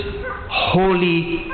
holy